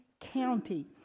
county